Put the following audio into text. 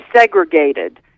segregated